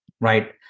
right